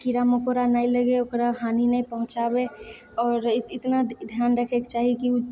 कीड़ा मकोड़ा नहि लगै ओकरा हानि नहि पहुँचाबै आओर इतना ध्यान रखै कऽ चाही कि ओ